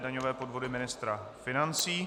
Daňové podvody ministra financí